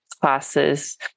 classes